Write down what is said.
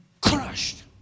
crushed